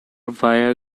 via